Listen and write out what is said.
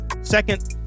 Second